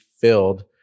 filled